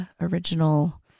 original